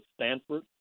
Stanford